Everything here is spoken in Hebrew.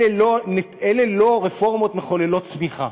אלה לא רפורמות מחוללות צמיחה,